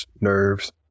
nerves